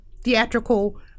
Theatrical